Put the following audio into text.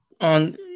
On